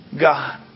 God